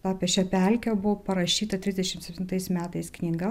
apie šią pelkę buvo parašyta trisdešimt septintais metais knyga